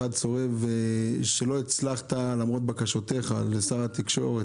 אחד צורב שלא הצלחותיך למרות בקשותיך לשר התקשורת,